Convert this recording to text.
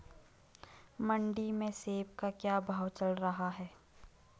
मंडी में सेब का क्या भाव चल रहा है?